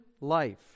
life